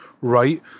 right